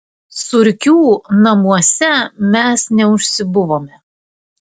surkių namuose mes neužsibuvome